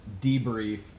debrief